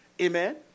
Amen